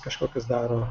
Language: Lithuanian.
kažkokius daro